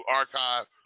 archive